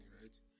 right